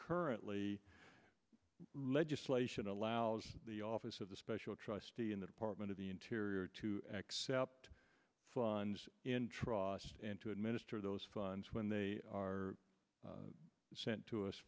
currently legislation allows the office of the special trustee in the department of the interior to accept funds in troth and to administer those funds when they are sent to us